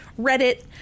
Reddit